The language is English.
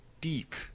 deep